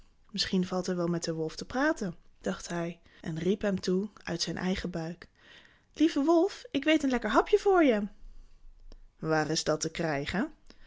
misschien valt er met dien wolf wel te praten dacht hij en hij riep hem toe uit zijn eigen buik lieve wolf ik weet een lekker hapje voor je waar is dat te krijgen